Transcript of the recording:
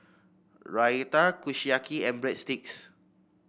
Raita Kushiyaki and Breadsticks